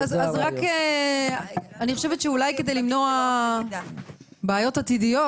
כדי למנוע בעיות עתידיות,